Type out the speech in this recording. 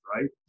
right